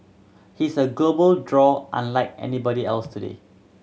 he's a global draw unlike anybody else today